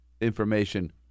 information